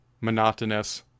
monotonous